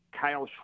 Kyle